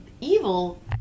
evil